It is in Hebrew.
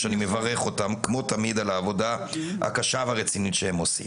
וכמו תמיד אני מברך אותם על העבודה הקשה והרצינית שהם עושים.